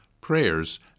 prayers